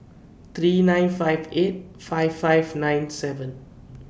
three nine five eight five five nine seven